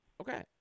Okay